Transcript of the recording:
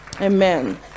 Amen